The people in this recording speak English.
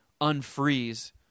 unfreeze